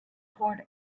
poured